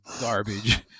garbage